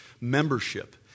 membership